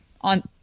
on